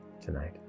tonight